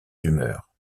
humeurs